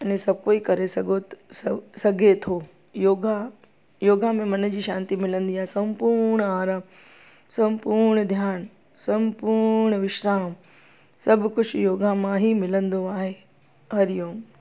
अने सभु कोई करे सघो सघे थो योगा योगा में मन जी शांती मिलंदी आहे समपूण आरामु समपूण ध्यानु समपूण विश्राम सभु कुझु योगा मां ई मिलंदो आहे हरिओम